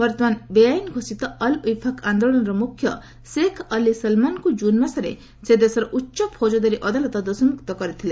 ବର୍ତମାନ ବେଆଇନ୍ ଘୋଷିତ ଅଲ୍ୱିଫାକ୍ ଆନ୍ଦୋଳନର ମୁଖ୍ୟ ଶେଖ୍ ଅଲ୍ଲି ସଲମାନ୍ଙ୍କୁ ଜୁନ୍ ମାସରେ ସେଦେଶର ଉଚ୍ଚ ଫୌଜଦାରୀ ଅଦାଲତ ଦୋଷମୁକ୍ତ କରିଥିଲେ